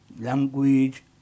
Language